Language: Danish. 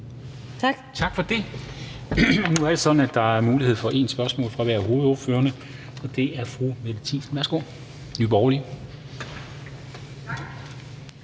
Tak for det. Nu er det sådan, at der er mulighed for et spørgsmål fra hver af hovedordførerne. Fru Mette Thiesen, Nye Borgerlige,